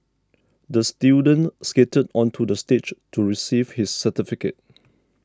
the student skated onto the stage to receive his certificate